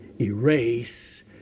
erase